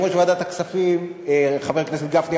יושב-ראש ועדת הכספים חבר הכנסת גפני,